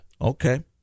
Okay